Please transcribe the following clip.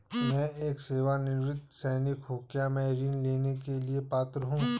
मैं एक सेवानिवृत्त सैनिक हूँ क्या मैं ऋण लेने के लिए पात्र हूँ?